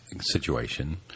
situation